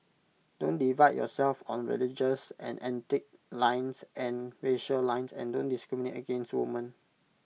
don't divide yourself on religious and ethnic lines and racial lines and don't discriminate against women